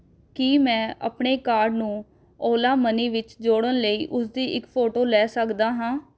ਕੀ ਮੈਂ ਆਪਣੇ ਕਾਰਡ ਨੂੰ ਓਲਾ ਮਨੀ ਵਿੱਚ ਜੋੜਨ ਲਈ ਉਸਦੀ ਇੱਕ ਫੋਟੋ ਲੈ ਸਕਦਾ ਹਾਂ